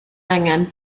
angen